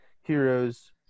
heroes